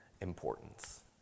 importance